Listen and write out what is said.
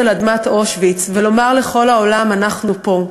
על אדמת אושוויץ ולומר לכל העולם: אנחנו פה.